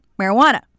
marijuana